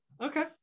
Okay